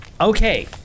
Okay